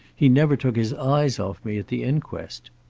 he never took his eyes off me at the inquest.